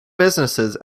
businesses